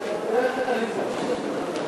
נסים זאב.